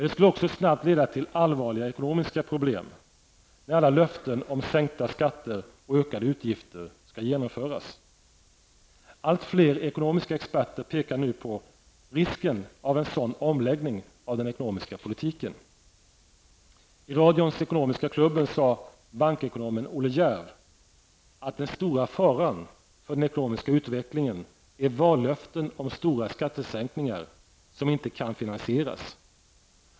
Det skulle också snabbt leda till allvarliga ekonomiska problem, när alla löftena om sänkta skatter och ökade utgifter skall genomföras. Allt fler ekonomiska experter pekar nu på risken av en sådan omläggning av den ekonomiska politiken. I radions Ekonomiska klubben sade bankekonomen Olle Djerf att den stora faran för den ekonomiska utvecklingen är vallöften om stora skattesänkningar som inte kan finansieras.